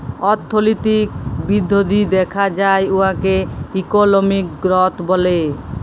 অথ্থলৈতিক বিধ্ধি দ্যাখা যায় উয়াকে ইকলমিক গ্রথ ব্যলে